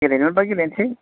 गेलेनो मोनबा गेलेनोसै